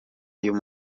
uyu